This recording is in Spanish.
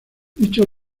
dichos